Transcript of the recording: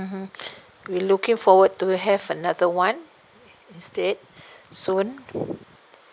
mmhmm we looking forward to have another one instead soon